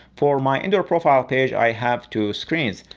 for my indoor profile page i have two screens.